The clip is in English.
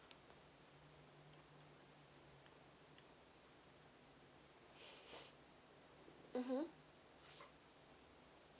mmhmm